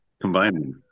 Combining